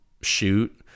shoot